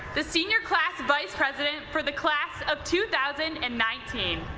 the senior class vice president for the class of two thousand and nineteen.